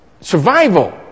Survival